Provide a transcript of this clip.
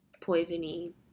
poisoning